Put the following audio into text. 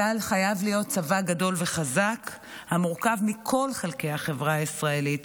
צה"ל חייב להיות צבא גדול וחזק המורכב מכל חלקי החברה הישראלית,